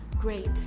great